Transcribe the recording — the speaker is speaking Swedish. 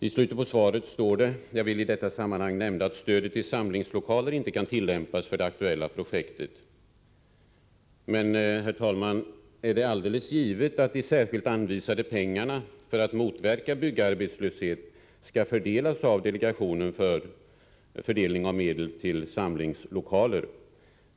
I slutet av svaret säger statsrådet: ”Jag vill i detta sammanhang nämna att stödet till samlingslokaler inte kan tillämpas för det aktuella projektet.” Men är det alldeles givet att de särskilt anvisade medlen för att motverka byggarbetslöshet skall fördelas av delegationen för fördelning av medel till samlingslokaler?